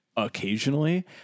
Occasionally